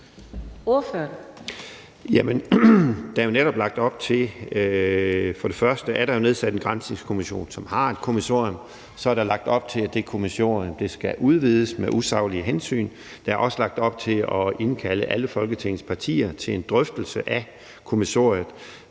for det første er nedsat en granskningskommission, som har et kommissorium. Så er der for det andet lagt op til, at det kommissorium skal udvides med usaglige hensyn, og der er også lagt op til at indkalde alle Folketingets partier til en drøftelse af kommissoriet.